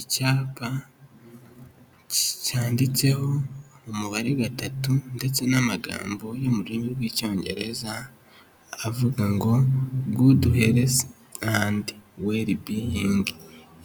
Icyapa cyanditseho umubare gatatu ndetse n'amagambo yo mu rurimi rw'icyongereza avuga ngo gudu herisi ande weri biyingi